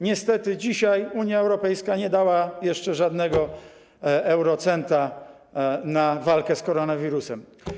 Niestety dzisiaj Unia Europejska nie dała jeszcze żadnego eurocenta na walkę z koronawirusem.